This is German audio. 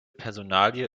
personalie